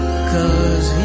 Cause